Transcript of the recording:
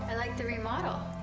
and like the remodel.